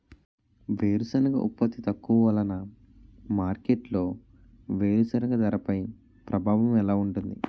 వేరుసెనగ ఉత్పత్తి తక్కువ వలన మార్కెట్లో వేరుసెనగ ధరపై ప్రభావం ఎలా ఉంటుంది?